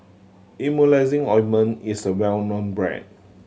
Emulsying Ointment is a well known brand